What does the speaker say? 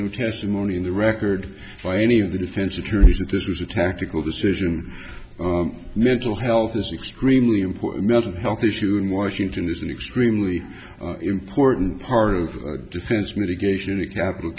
no testimony in the record by any of the defense attorneys that this was a tactical decision mental health is extremely important mental health issue in washington is an extremely important part of defense mitigation in a capital